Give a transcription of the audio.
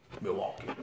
Milwaukee